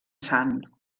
sant